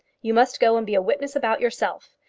you must go and be a witness about yourself.